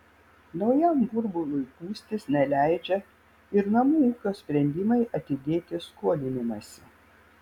naujam burbului pūstis neleidžia ir namų ūkio sprendimai atidėti skolinimąsi